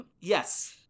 Yes